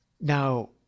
Now